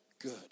good